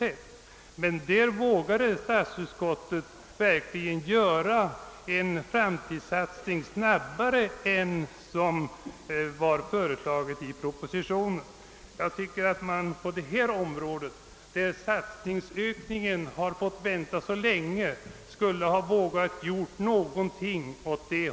I den frågan vågade statsutskottet alltså göra en snabbare framtidssatsning än den som föreslagits i propositionen. Jag tycker att utskot tet på detta område, där man fått vänta så länge på ökad satsning, borde kunnat göra någonting liknande.